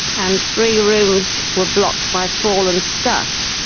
and three rooms were blocked by fallen stuff.